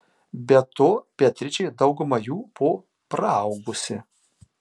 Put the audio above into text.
be to beatričė daugumą jų buvo praaugusi